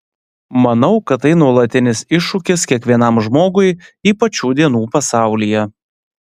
manau kad tai nuolatinis iššūkis kiekvienam žmogui ypač šių dienų pasaulyje